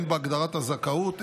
הן בהגדרת הזכאות,